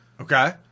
Okay